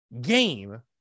game